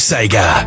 Sega